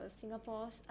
Singapore's